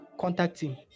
contacting